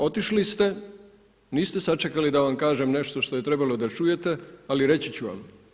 Otišli ste, niste sačekali da vam kažem nešto što je trebalo da čujete, ali reći ću vam.